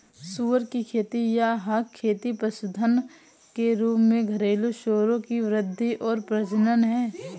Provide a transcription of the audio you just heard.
सुअर की खेती या हॉग खेती पशुधन के रूप में घरेलू सूअरों की वृद्धि और प्रजनन है